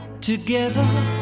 together